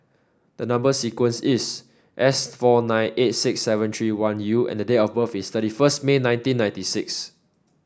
the number sequence is S four nine eight six seven three one U and date of birth is thirty first May nineteen ninety six